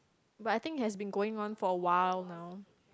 but I think has been going on for a while now